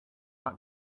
not